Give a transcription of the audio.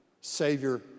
Savior